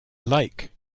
like